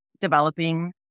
developing